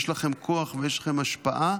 יש לכם כוח ויש לכם השפעה,